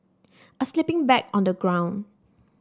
a sleeping bag on the ground